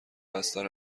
بستر